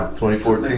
2014